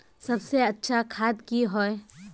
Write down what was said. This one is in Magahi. सबसे अच्छा खाद की होय?